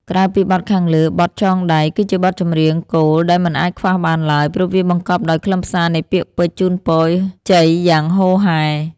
ក្រៅពីបទខាងលើ បទ ចងដៃ គឺជាបទចម្រៀងគោលដែលមិនអាចខ្វះបានឡើយ ព្រោះវាបង្កប់ដោយខ្លឹមសារនៃពាក្យពេចន៍ជូនពរជ័យយ៉ាងហូរហែ។